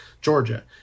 Georgia